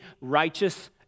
righteous